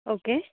okay